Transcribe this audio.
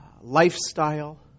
lifestyle